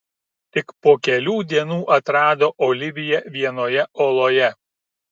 tik po kelių dienų atrado oliviją vienoje oloje